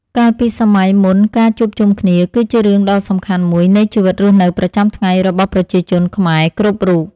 កាលពីសម័យមុនការជួបជុំគ្នា គឺជារឿងដ៏សំខាន់មួយនៃជីវិតរស់នៅប្រចាំថ្ងៃរបស់ប្រជាជនខ្មែរគ្រប់រូប។